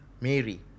Mary